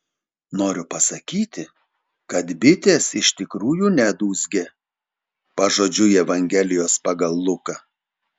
noriu pasakyti kad bitės iš tikrųjų nedūzgė pažodžiui evangelijos pagal luką